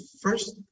first